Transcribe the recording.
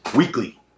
Weekly